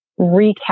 recap